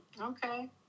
Okay